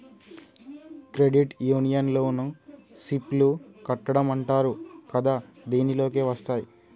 credit union లోన SIP లు కట్టడం అంటరు కదా దీనిలోకే వస్తాయ్